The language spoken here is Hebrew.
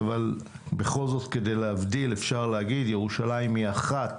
אבל בכל זאת כדי להבדיל אפשר להגיד שירושלים היא אחת,